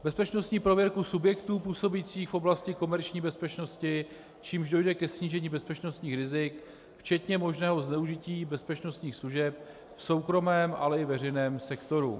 Bezpečnostní prověrku subjektů působících v oblasti komerční bezpečnosti, čímž dojde ke snížení bezpečnostních rizik včetně možného zneužití bezpečnostních služeb v soukromém, ale i veřejném sektoru.